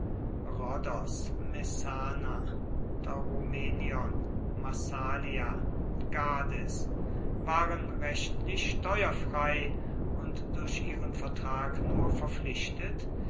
tauromenion massalia gades waren rechtlich steuerfrei und durch ihren vertrag nur verpflichtet